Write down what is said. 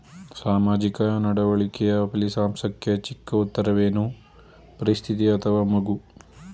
ಸಾಮಾಜಿಕ ನಡವಳಿಕೆಯ ಫಲಿತಾಂಶಕ್ಕೆ ಚಿಕ್ಕ ಉತ್ತರವೇನು? ಪರಿಸ್ಥಿತಿ ಅಥವಾ ಮಗು?